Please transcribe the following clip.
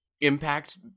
impact